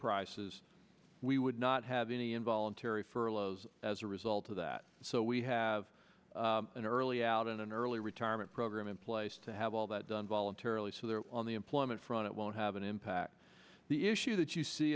prices we would not have any involuntary furloughs as a result of that so we have an early out and an early retirement program in place to have all that done voluntarily so there on the employment front it won't have an impact the issue that you see